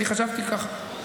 אני חשבתי ככה,